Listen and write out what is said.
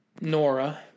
Nora